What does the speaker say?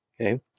Okay